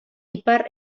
ipar